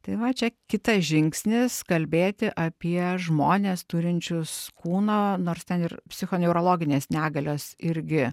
tai va čia kitas žingsnis kalbėti apie žmones turinčius kūną nors ten ir psichoneurologinės negalios irgi